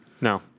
No